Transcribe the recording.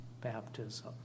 baptism